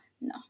no